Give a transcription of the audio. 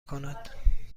کند